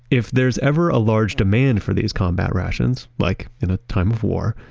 if there's ever a large demand for these combat rations, like in a time of war,